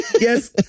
Yes